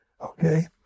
Okay